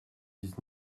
dix